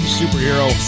superhero